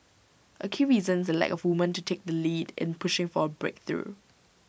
A key reason is the lack of women to take the lead in pushing for A breakthrough